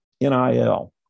NIL